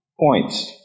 points